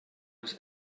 was